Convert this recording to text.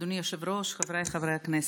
אדוני היושב-ראש, חבריי חברי הכנסת,